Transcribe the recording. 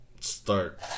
start